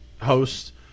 host